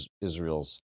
Israel's